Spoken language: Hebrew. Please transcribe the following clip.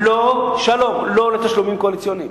שלום, לא לתשלומים קואליציוניים.